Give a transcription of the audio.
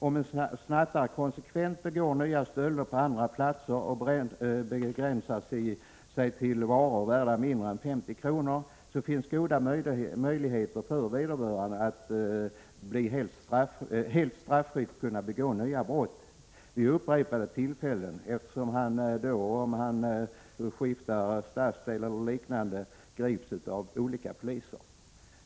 Om en snattare konsekvent begår nya stölder på andra platser och begränsar sig till varor värda mindre än 50 kr., finns det goda möjligheter för vederbörande att helt straffritt begå nya brott vid upprepade tillfällen, om han skiftar från stadsdel till stadsdel och grips av olika poliser.